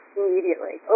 immediately